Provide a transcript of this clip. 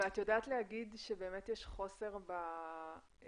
ואת יודעת להגיד שבאמת יש חוסר בפורמט